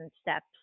steps